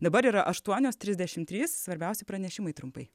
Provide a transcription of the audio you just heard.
dabar yra aštuonios trisdešimt trys svarbiausi pranešimai trumpai